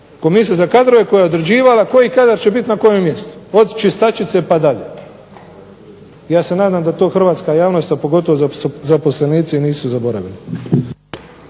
komisija za kadrove koja je određivala koji kadar će biti na kojem mjestu, od čistačice na dalje, ja se nadam da to hrvatska javnost a pogotovo zaposlenici nisu zaboravili.